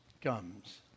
comes